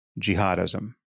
jihadism